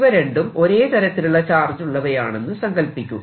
ഇവ രണ്ടും ഒരേ തരത്തിലുള്ള ചാർജുള്ളവയാണെന്നു സങ്കൽപ്പിക്കുക